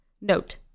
Note